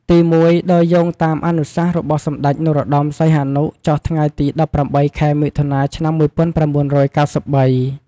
ទីមួយ ដោយយោងតាមអនុសាសន៍របស់សម្តេច នរោត្តម សីហនុ ចុះថ្ងៃទី១៨ ខែមិថុនា ឆ្នាំ១៩៩៣។